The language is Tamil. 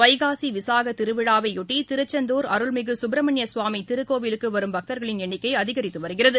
வைகாசி விசாக திருவிழாவையொட்டி திருச்செந்தூர் அருள்மிகு சுப்ரமணிய சுவாமி திருக்கோவிலுக்கு வரும் பக்தர்களின் எண்ணிக்கை அதிகரித்து வருகிறது